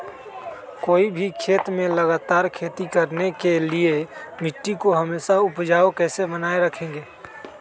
कोई भी खेत में लगातार खेती करने के लिए मिट्टी को हमेसा उपजाऊ कैसे बनाय रखेंगे?